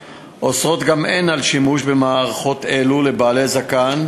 עושה בהן שימוש אוסרות גם הן שימוש במערכות אלו בידי בעלי זקן,